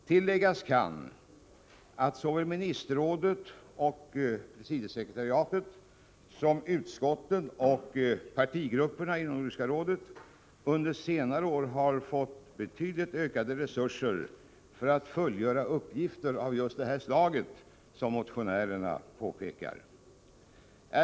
Tilläggas kan att såväl Ministerrådet och presidiesekretariatet som utskotten och partigrupperna inom Nordiska rådet under senare år har fått betydligt ökade resurser för att fullgöra uppgifter av just det slag som motionärerna pekar på.